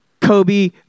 Kobe